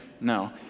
No